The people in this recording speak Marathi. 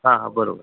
हां हां बरोबर